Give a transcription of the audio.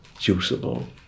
usable